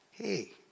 hey